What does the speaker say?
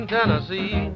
Tennessee